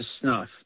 snuff